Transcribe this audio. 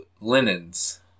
linens